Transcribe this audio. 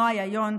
לנועה יאיון,